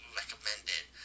recommended